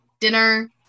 dinner